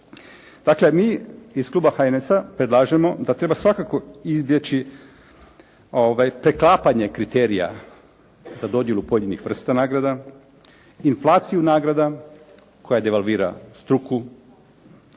Dakle, mi iz kluba HNS-a predlažemo da treba svakako izbjeći pretapanje kriterija za dodjelu pojedinih vrsta nagrada, inflaciju nagrada koja devolvira struku,